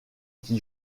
qui